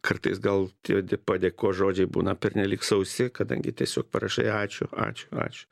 kartais gal tie di padėkos žodžiai būna pernelyg sausi kadangi tiesiog parašai ačiū ačiū ačiū